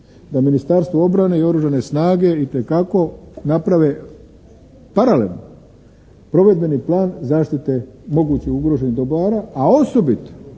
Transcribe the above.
da Ministarstvo obrane i Oružane snage itekako naprave paralelno provedbeni plan zaštite moguće ugroženih dobara, a osobito,